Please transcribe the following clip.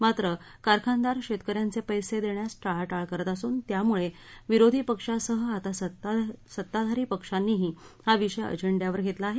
मात्र कारखानदार शेतकऱ्यांचे पर्सीदेण्यास टाळाटाळ करत असून त्यामुळे विरोधी पक्षासह आता सत्ताधारी पक्षांनीही हा विषय अजेंड्यावर घेतला आहे